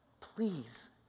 Please